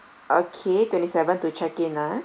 okay twenty seven to check in ah